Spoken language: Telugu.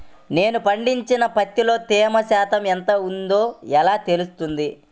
నేను పండించిన పత్తిలో తేమ శాతం ఎంత ఉందో ఎలా తెలుస్తుంది?